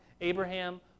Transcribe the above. Abraham